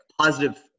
positive